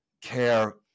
care